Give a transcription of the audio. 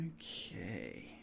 Okay